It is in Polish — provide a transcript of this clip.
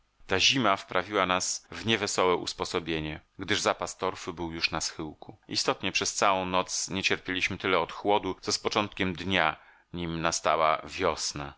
ta zima wprawiła nas w niewesołe usposobienie gdyż zapas torfu był już na schyłku istotnie przez całą noc nie cierpieliśmy tyle od chłodu co z początkiem dnia nim nastała wiosna